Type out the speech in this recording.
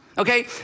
Okay